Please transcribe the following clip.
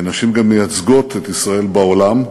נשים גם מייצגות את ישראל בעולם כשגרירות,